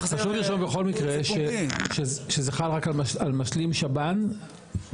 חשוב לרשום בכל מקרה שזה חל רק על משלים שב"ן חדש.